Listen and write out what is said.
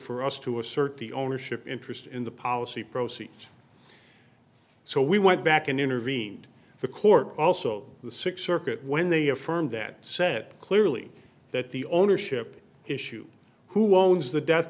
for us to assert the ownership interest in the policy proceeds so we went back and intervened the court also the six circuit when they affirmed that said clearly that the ownership issue who owns the death